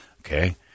Okay